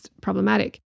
problematic